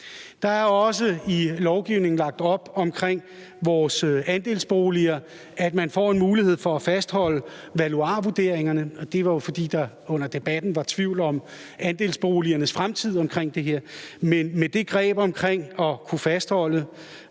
Der er også i lovgivningen lagt op til, at man i vores andelsboligforeninger får en mulighed for at fastholde valuarvurderingerne, og det skyldes jo, at der under debatten var tvivl om andelsboligernes fremtid i den her forbindelse, men med det greb, at man kan fastholde